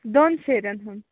دۅن سیرٮ۪ن ہُنٛد